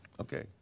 Okay